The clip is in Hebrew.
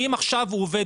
בלי קשר.